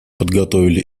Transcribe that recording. подготовили